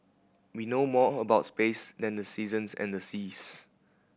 we know more about space than the seasons and the seas